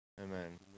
Amen